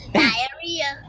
diarrhea